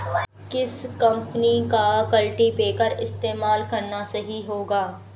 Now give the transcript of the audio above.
किस कंपनी का कल्टीपैकर इस्तेमाल करना सही होगा?